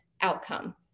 outcome